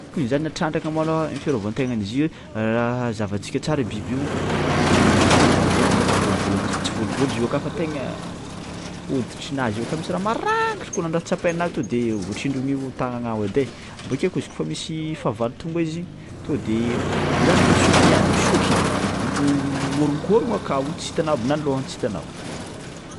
Kiny zany na trandraka malôha ny fiarovan-tegnan'izy io zahavantsika tsara biby io kôa nandraha vôrogno zany izy vôlovôlonazy fo tsy vôlovôlo izy io aka fa tegna hoditrinazy io aka misy raha marangitry kôa nandraha tsapainà to de voatsindron'io tàgnanao edy ai, bakeo kôa izy kaofa misy fahavalo tonga izy to de zany pasoky ny azy misokigny mivoho miôronkôrogno akao tsy hitanao aby na ny lohany tsy hitanao.